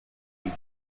week